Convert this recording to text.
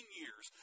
years